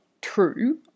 true